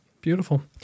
Beautiful